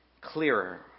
Clearer